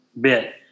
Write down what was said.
bit